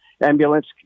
ambulance